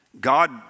God